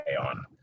on